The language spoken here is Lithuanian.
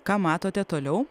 ką matote toliau